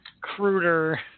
cruder